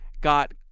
got